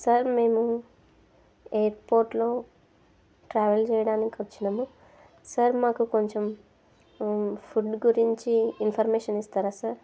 sir మేము ఎయిర్పోర్ట్లో travel చేయడానికి వచ్చినాము సార్ మాకు కొంచెం ఫుడ్ గురించి ఇన్ఫర్మేషన్ ఇస్తారా సార్